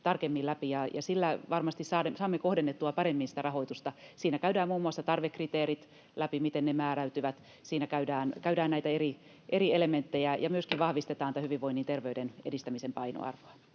tarkemmin läpi, ja sillä varmasti saamme kohdennettua paremmin sitä rahoitusta. Siinä käydään muun muassa tarvekriteerit läpi, miten ne määräytyvät, siinä käydään näitä eri elementtejä ja myöskin vahvistetaan hyvinvoinnin ja terveyden edistämisen painoarvoa.